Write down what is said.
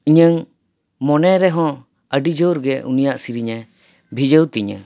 ᱤᱧᱟᱹᱝ ᱢᱚᱱᱮ ᱨᱮᱦᱚᱸ ᱟᱹᱰᱤ ᱡᱳᱨ ᱜᱮ ᱩᱱᱤᱭᱟᱜ ᱥᱤᱨᱤᱧᱮ ᱵᱷᱤᱡᱟᱹᱣ ᱛᱤᱧᱟᱹ